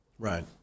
Right